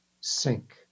Sink